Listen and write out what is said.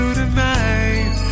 tonight